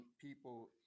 people